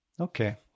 Okay